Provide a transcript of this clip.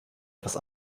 etwas